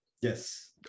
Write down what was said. Yes